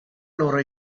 loro